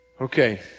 Okay